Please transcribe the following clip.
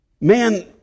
Man